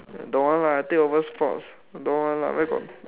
don't want lah I take over sports don't want lah where got